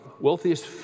Wealthiest